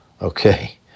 Okay